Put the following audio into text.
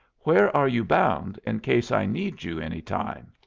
where are you bound in case i need you any time?